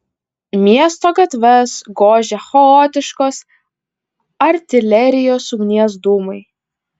miesto gatves gožė chaotiškos artilerijos ugnies dūmai